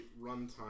runtime